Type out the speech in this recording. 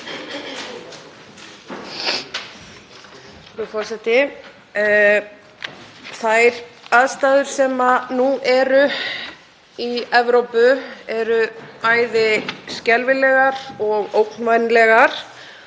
Þær aðstæður sem nú eru í Evrópu eru bæði skelfilegar og ógnvænlegar.